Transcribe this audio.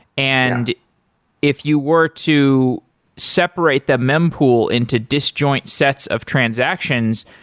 and if you were to separate that mem pool into disjoint sets of transactions,